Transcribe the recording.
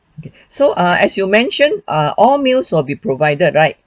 okay so err as you mentioned err all meals will be provided right